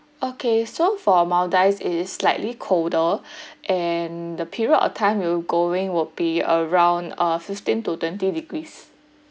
okay so for maldives is slightly colder and the period of time we will going will be around uh fifteen to twenty degrees